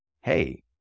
hey